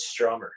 Strummer